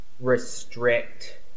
restrict